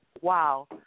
wow